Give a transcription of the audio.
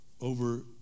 Over